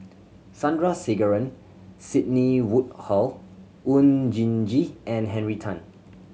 Sandrasegaran Sidney Woodhull Oon Jin Gee and Henry Tan